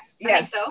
Yes